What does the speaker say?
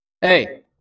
Hey